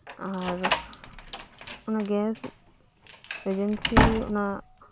ᱟᱨ ᱚᱱᱟ gas agency ᱚᱱᱟ